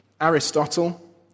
Aristotle